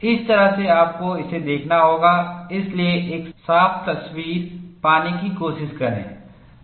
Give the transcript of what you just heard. इस तरह से आपको इसे देखना होगा इसलिए एक साफ तस्वीर पाने की कोशिश करें